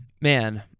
man